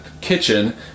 kitchen